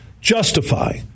justify